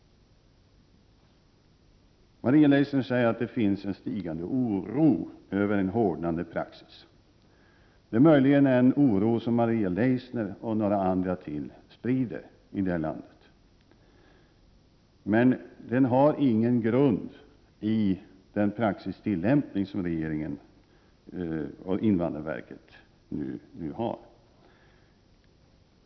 Maria Leissner säger att det finns en stigande oro över en hårdnande praxis. Det är möjligen en oro som Maria Leissner och några andra sprider i landet, men den har ingen grund i den tillämpning av praxis som regeringen och invadrarverket nu har.